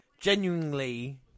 genuinely